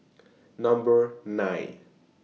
Number nine